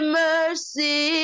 mercy